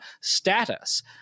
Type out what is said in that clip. status